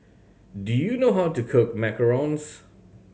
do you know how to cook macarons